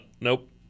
Nope